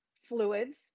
fluids